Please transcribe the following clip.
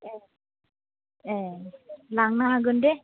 ए ए लांनो हागोन दे